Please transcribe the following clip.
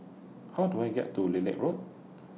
How Do I get to Lilac Road